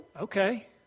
okay